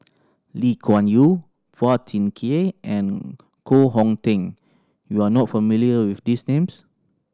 Lee Kuan Yew Phua Thin Kiay and Koh Hong Teng you are not familiar with these names